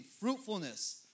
Fruitfulness